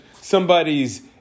somebody's